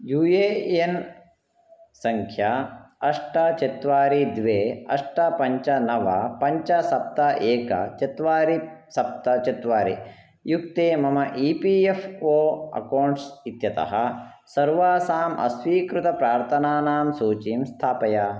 you A N सङ्ख्या अष्ट चत्वारि द्वे अष्ट पञ्च नव पञ्च सप्त एकम् चत्वारि सप्त चत्वारि युक्ते मम E P F O account इत्यतः सर्वासाम् अस्वीकृतप्रार्थनानां सूचीं स्थापय